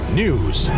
news